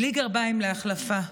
בלי גרביים להחלפה.